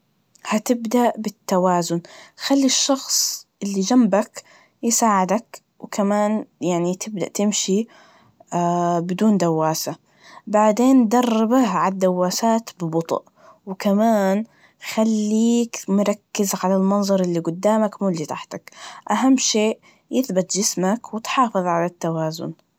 هتبدأ بالتوازن, خلي الشخص اللي جنبك يساعدك وكمان يعني تبدأ تمشي بدون دواسة, بعدين دربه عالدواسات ببطئ, وكمان خليك مركز عالمنظر اللي قدامك مو اللي تحتك, أهم شئ, يثبت جسمك وتحافظ على التوازن.